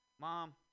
Mom